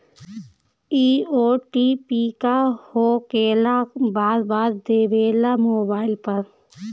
इ ओ.टी.पी का होकेला बार बार देवेला मोबाइल पर?